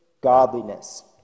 godliness